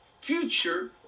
future